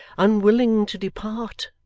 unwilling to depart,